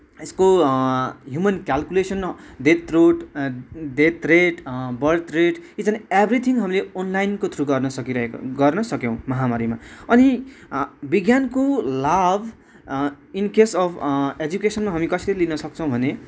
यसको human calculation death root death rate birth rate each and everything हामीले अनलाइनको through गर्नु सकिरहेको गर्नसक्यौँ महामारीमा अनि विज्ञानको लाभ इनकेस अफ एजुकेसनमा हामीले कसरी लिनसक्छौँ भने